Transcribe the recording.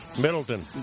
Middleton